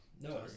no